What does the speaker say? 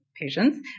patients